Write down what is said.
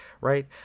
right